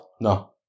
No